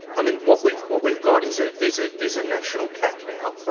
i mean what we've, what we've got is a there's a there's a national cap now, right,